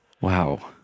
Wow